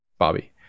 Bobby